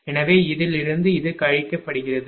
எனவே இதிலிருந்து இது கழிக்கப்படுகிறது